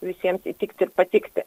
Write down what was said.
visiems įtikti ir patikti